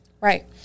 Right